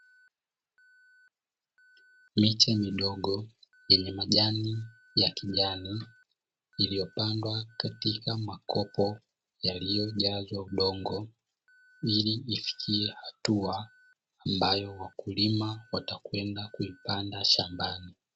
Miche midogo yenye majani ya kijani iliyopandwa katika makopo yaliyojazwa udongo ilijifikia hatua ambayo wakulima watakwenda kuipanda shambani.